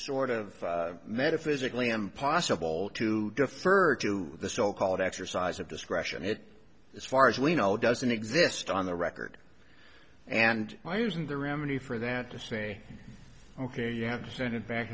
sort of metaphysically impossible to defer to the so called exercise of discretion it as far as we know doesn't exist on the record and why isn't the remedy for that to say ok you have to send it back